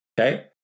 okay